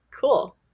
Cool